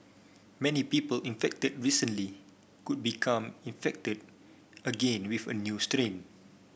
many people infected recently could become infected again with a new strain